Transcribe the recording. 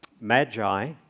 magi